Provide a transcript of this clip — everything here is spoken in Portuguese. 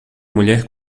mulher